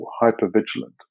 hyper-vigilant